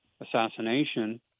assassination